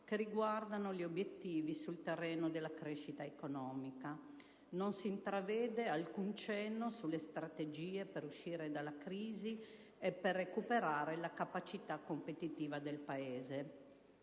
che riguardano gli obiettivi sul terreno della crescita economica. Non si intravede alcun cenno sulle strategie per uscire dalla grave crisi e per recuperare la capacità competitiva del Paese.